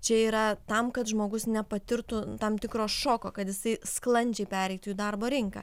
čia yra tam kad žmogus nepatirtų tam tikro šoko kad jisai sklandžiai pereitų į darbo rinką